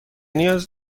نیاز